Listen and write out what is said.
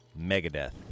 Megadeth